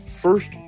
first